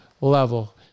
level